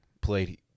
played